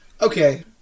Okay